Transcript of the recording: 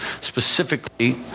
specifically